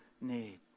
need